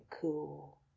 cool